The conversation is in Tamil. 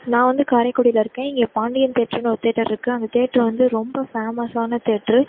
நான் வந்து காரைக்குடியில் இருக்கேன் இங்கே பாண்டியன் தேட்ருன்னு ஒரு தேட்டர்ருக்கு அந்த தேட்ர வந்து ரொம்ப ஃபேமஸான தேட்ரு